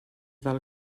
del